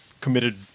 committed